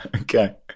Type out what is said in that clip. okay